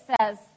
says